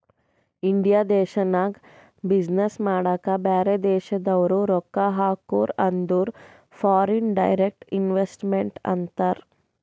India ದೇಶ್ನಾಗ business ಮಾಡಾಕ ಬ್ಯಾರೆ ದೇಶದವ್ರು ರೊಕ್ಕಾ ಹಾಕುರ್ ಅಂದುರ್ ಫಾರಿನ್ ಡೈರೆಕ್ಟ್ ಇನ್ವೆಸ್ಟ್ಮೆಂಟ್ ಅಂತಾರ್